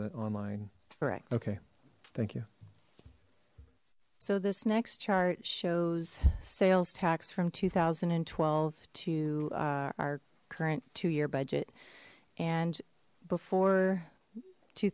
d online all right okay thank you so this next chart shows sales tax from two thousand and twelve to our current two year budget and before two